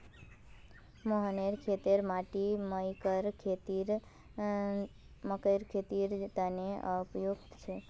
मोहनेर खेतेर माटी मकइर खेतीर तने उपयुक्त छेक